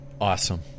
Awesome